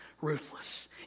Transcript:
ruthless